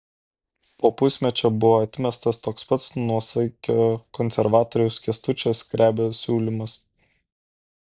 po pusmečio buvo atmestas toks pat nuosaikiojo konservatoriaus kęstučio skrebio siūlymas